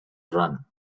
run